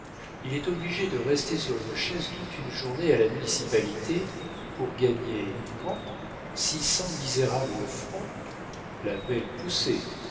il est obligé de rester sur une chaise toute une journée à la municipalité pour gagner quoi six cents misérables francs la belle poussée